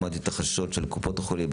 שמעתי את החששות של קופות החולים,